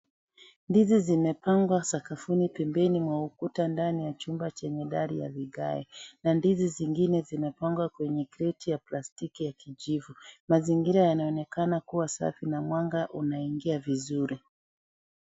Ndizi zimepangwa sakafuni pembeni mwa ukuta ndani ya chumba chenye gari lenye vigae na ndizi zingine zimepangwa kwenye kochi ya plastiki ya kijivu. Mazingira inaonekana kuwa safi na mwanga unaingia vizuri.